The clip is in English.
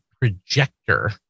projector